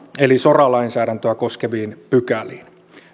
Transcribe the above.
eli sora lainsäädäntöä koskeviin pykäliin